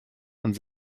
und